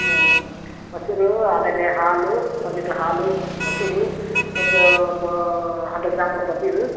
ಹ್ಞೂ ಮೊಸರು ಆಮೇಲೆ ಹಾಲು ಒಂದು ಲೀಟ್ರ್ ಹಾಲು ಒಂದು ಲೀಟ್ರ್ ಮೊಸರು ಒಂದು ಬಾ ಹಂಡ್ರೆಡ್ ಗ್ರಾಂ ಪನ್ನೀರ್